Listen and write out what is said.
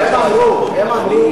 הם אמרו,